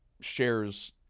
shares